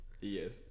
Yes